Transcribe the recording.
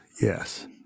yes